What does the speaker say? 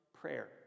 prayer